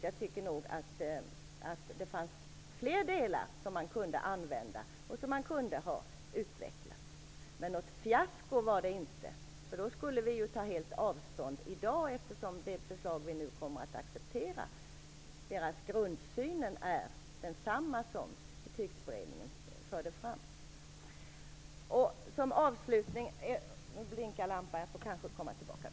Jag tycker nog att man hade kunnat använda och utveckla fler delar av Betygsberedningens arbete. Men något fiasko var det inte! Om det hade varit det skulle vi helt ta avstånd från det förslag som vi kommer att acceptera i dag. Grundsynen i det förslaget är ju densamma som den